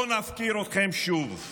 לא נפקיר אתכם שוב.